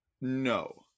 No